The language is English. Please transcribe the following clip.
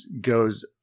goes